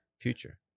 Future